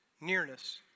nearness